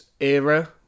era